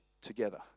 together